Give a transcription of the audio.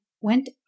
went